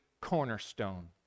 cornerstone